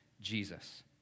Jesus